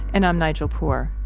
and i'm nigel poor.